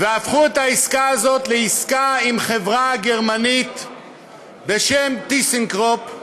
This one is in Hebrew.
והפכו את העסקה הזאת לעסקה עם חברה גרמנית בשם "טיסנקרופ",